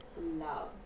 love